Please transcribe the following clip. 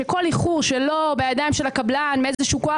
שכל איחור שלא בידיים של הקבלן מאיזשהו כוח